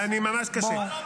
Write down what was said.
ממש קשה.